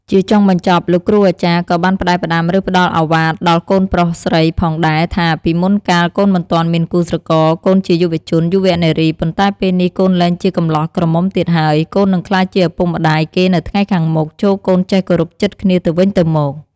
ជាចុងបញ្ចប់លោកគ្រូអាចារ្យក៏បានផ្តែផ្តាំ ឬ ផ្តល់ឱវាទដល់កូនប្រុសស្រីផងដែរ ថា «ពីមុនកាលកូនមិនទាន់មានគូស្រករកូនជាយុរជន យុវនារី ប៉ុន្តែពេលនេះកូនលែងជាកម្លោះក្រមុំទៀតហើយ កូននិងក្លាយជាឪពុកម្តាយគេនៅថ្ងៃខានមុខ ចូរកូនចេះគោរពចិត្តគ្នាទៅវិញទៅមក»។